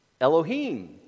Elohim